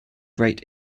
great